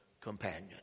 companion